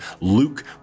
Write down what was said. Luke